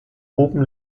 oben